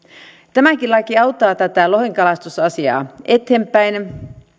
tämäkin laki auttaa tätä lohenkalastusasiaa eteenpäin